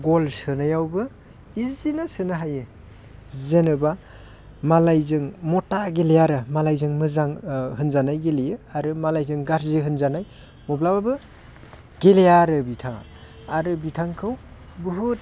गल सोनायावबो इजिनो सोनो हायो जेनेबा मालायजों मता गेलेयोआरो मालायजों मोजां होनजानाय गेलेयो आरो मालायजों गाज्रि होनजानाय माब्लाबाबो गेलेया आरो बिथाङा आरो बिथांखौ बहुत